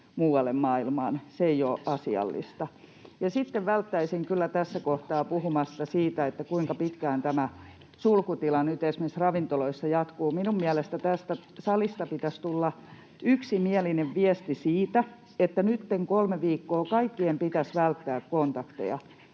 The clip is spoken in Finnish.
muualle maailmaan. Se ei ole asiallista. Ja sitten välttäisin kyllä tässä kohtaa puhumasta siitä, kuinka pitkään tämä sulkutila nyt esimerkiksi ravintoloissa jatkuu. Minun mielestäni tästä salista pitäisi tulla yksimielinen viesti siitä, että nytten kolme viikkoa kaikkien pitäisi välttää kontakteja,